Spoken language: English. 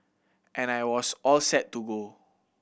and I was all set to go